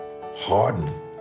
harden